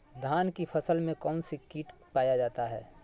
धान की फसल में कौन सी किट पाया जाता है?